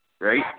right